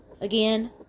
again